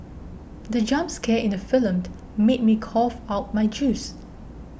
the jump scare in the film made me cough out my juice